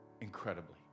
incredibly